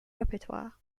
repertoire